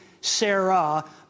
Sarah